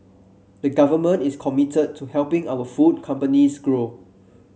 the Government is committed to helping our food companies grow